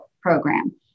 program